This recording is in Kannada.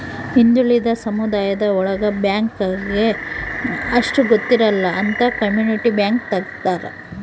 ಹಿಂದುಳಿದ ಸಮುದಾಯ ಒಳಗ ಬ್ಯಾಂಕ್ ಬಗ್ಗೆ ಅಷ್ಟ್ ಗೊತ್ತಿರಲ್ಲ ಅಂತ ಕಮ್ಯುನಿಟಿ ಬ್ಯಾಂಕ್ ತಗ್ದಾರ